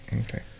Okay